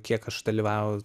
kiek aš dalyvau